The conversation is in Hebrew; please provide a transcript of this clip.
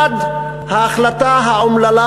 1. ההחלטה האומללה,